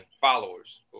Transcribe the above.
followers